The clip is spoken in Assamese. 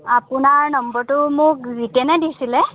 আপোনাৰ নম্বৰটো মোক জীতেনে দিছিলে